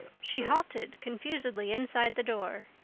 she halted confusedly inside the door.